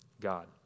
God